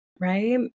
right